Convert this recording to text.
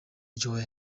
joel